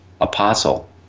Apostle